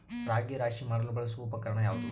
ರಾಗಿ ರಾಶಿ ಮಾಡಲು ಬಳಸುವ ಉಪಕರಣ ಯಾವುದು?